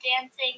dancing